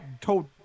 told